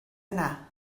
yna